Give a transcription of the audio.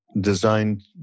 designed